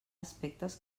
aspectes